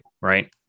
right